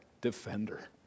defender